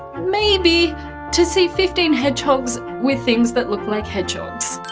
maybe to see fifteen hedgehogs with things that look like hedgehogs.